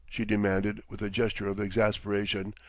she demanded with a gesture of exasperation,